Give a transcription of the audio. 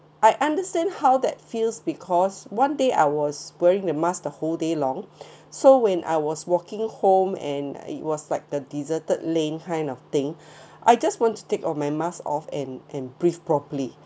I understand how that feels because one day I was wearing the mask the whole day long so when I was walking home and it was like the deserted lane kind of thing I just want to take off my mask off and and breathe properly